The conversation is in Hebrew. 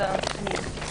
הישיבה ננעלה בשעה 13:30.